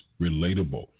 relatable